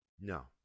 No